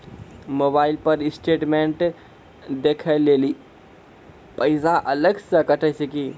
Mobile पर statement देखे लेली पैसा अलग से कतो छै की?